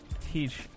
teach